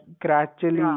gradually